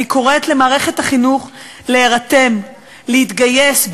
אני קוראת למערכת החינוך להירתם, להתגייס.